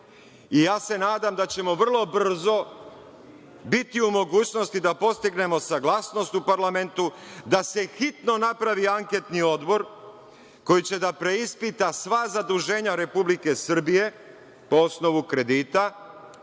i ja se nadam da ćemo vrlo brzo biti u mogućnosti da postignemo saglasnost u parlamentu da se hitno napravi anketni odbor koji će da preispita sva zaduženja Republike Srbije po osnovu kredita,